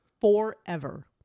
Forever